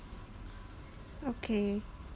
okay